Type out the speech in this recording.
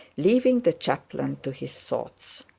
leaving the chaplain to his thoughts.